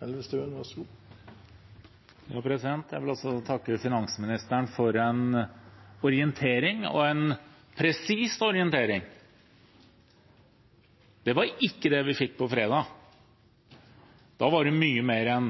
Jeg vil også takke finansministeren for en orientering – og en presis orientering. Det var ikke det vi fikk på fredag. Da var det mye mer en